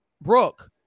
Brooke